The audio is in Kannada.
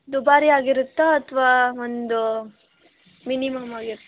ದುಬಾರಿಯಾಗಿರುತ್ತಾ ಅಥವಾ ಒಂದು ಮಿನಿಮಮ್ ಆಗಿರು